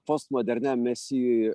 postmoderniam mesijui